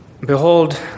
Behold